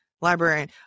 librarian